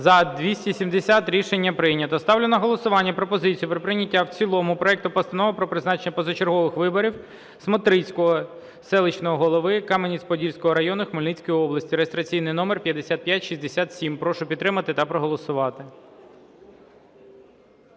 За-270 Рішення прийнято. Ставлю на голосування пропозицію про прийняття в цілому проекту Постанови про призначення позачергових виборів Смотрицького селищного голови Кам'янець-Подільського району Хмельницької області (реєстраційний номер 5567). Прошу підтримати та проголосувати.